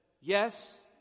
yes